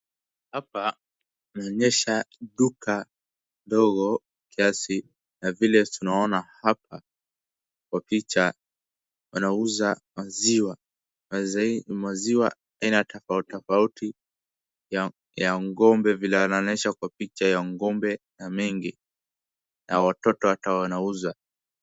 Hapa inaonyesha duka dogo kiasi ya vile tunaona hapa kwa picha, wanauza maziwa. Maziwa, maziwa aina tofauti tofauti ya ng'ombe, vile wanaonyesha kwa picha ya ng'ombe na mengi, na watoto hata wanauza.